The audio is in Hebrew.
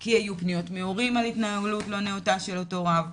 כי היו פניות מהורים על פניות התנהלות לא נאותה של אותו הרב,